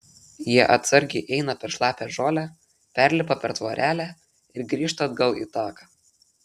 jie atsargiai eina per šlapią žolę perlipa per tvorelę ir grįžta atgal į taką